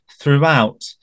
throughout